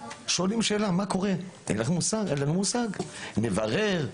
הם שואלים שאלה מה קורה, אין להם מושג, נברר?